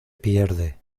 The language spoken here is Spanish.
pierde